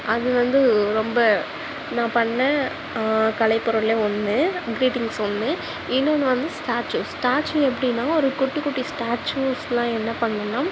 அது வந்து ரொம்ப நான் பண்ணிண கலைப்பொருளில் ஒன்று க்ரீட்டிங்ஸ் ஒன்று இன்னொன்று வந்து ஸ்டாச்சு ஸ்டாச்சு எப்படினா ஒரு குட்டி குட்டி ஸ்டாச்சுஸெலாம் என்ன பண்ணேன்னா